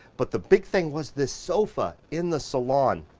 but the big thing was this sofa in the salon.